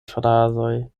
frazoj